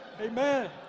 Amen